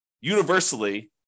universally